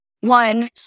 one